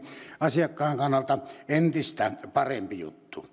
asiakkaan kannalta entistä parempi juttu